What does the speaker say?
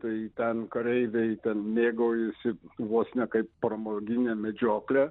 tai ten kareiviai ten mėgaujasi vos ne kaip pramoginė medžioklė